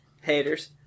haters